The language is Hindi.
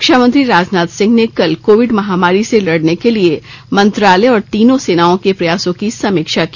रक्षा मंत्री राजनाथ सिंह ने कल कोविड महामारी से लड़ने के लिए मंत्रालय और तीनों सेनाओं के प्रयासों की समीक्षा की